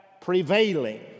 prevailing